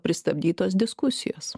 pristabdytos diskusijos